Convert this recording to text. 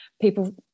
people